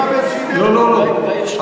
לא, לא, לא.